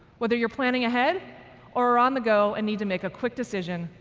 whether you're planning ahead or on the go and need to make a quick decision,